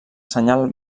senyal